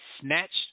snatched